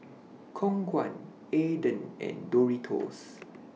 Khong Guan Aden and Doritos